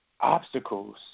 obstacles